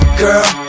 girl